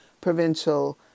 provincial